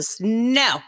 no